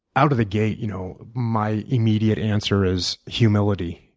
out of the gate, you know my immediate answer is humility.